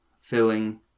filling